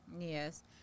Yes